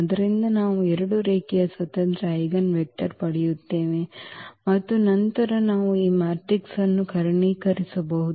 ಆದ್ದರಿಂದ ನಾವು ಎರಡು ರೇಖೀಯ ಸ್ವತಂತ್ರ ಐಜೆನ್ ವೆಕ್ಟರ್ ಪಡೆಯುತ್ತೇವೆ ಮತ್ತು ನಂತರ ನಾವು ಈ ಮ್ಯಾಟ್ರಿಕ್ಸ್ ಅನ್ನು ಕರ್ಣೀಕರಿಸಬಹುದು